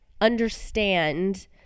understand